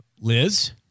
Liz